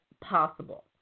possible